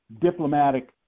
diplomatic